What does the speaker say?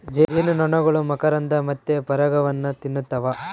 ಜೇನುನೊಣಗಳು ಮಕರಂದ ಮತ್ತೆ ಪರಾಗವನ್ನ ತಿನ್ನುತ್ತವ